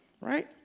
Right